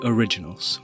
Originals